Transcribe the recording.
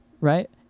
right